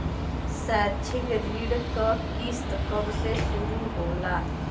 शैक्षिक ऋण क किस्त कब से शुरू होला?